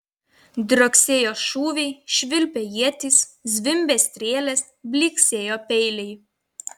drioksėjo šūviai švilpė ietys zvimbė strėlės blyksėjo peiliai